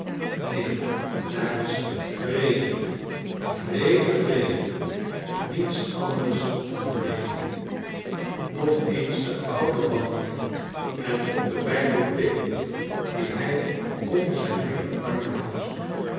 neen daar is vrede vrede vrede niets anders dan vrede nog eens de oude wandeling en op den bijbel tikkend dien hij onder zijn linkerarm houdt